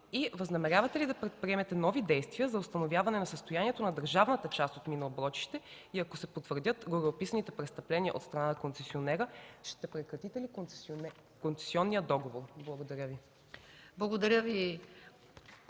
Възнамерявате ли да предприемете нови действия за установяване състоянието на държавната част от мина „Оброчище”? Ако се потвърдят гореописаните престъпления от страна на концесионера, ще прекратите ли концесионния договор? Благодаря.